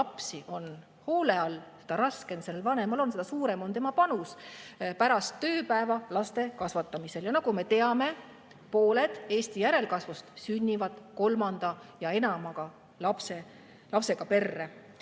lapsi on hoole all, seda raskem sellel vanemal on, seda suurem on tema panus pärast tööpäeva laste kasvatamisel. Nagu me teame, pool Eesti järelkasvust sünnib kolme ja enama lapsega perre.